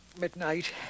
midnight